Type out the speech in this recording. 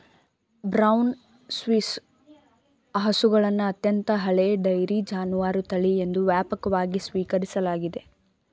brown Swiss ಹಸುಗಳನ್ನು ಅತ್ಯಂತ ಹಳೆಯ ಡೈರಿ ಜಾನುವಾರು ತಳಿ ಎಂದು ವ್ಯಾಪಕವಾಗಿ ಸ್ವೀಕರಿಸಲಾಗಿದೆ